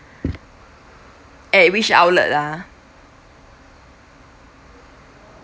at which outlet ah